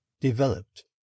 developed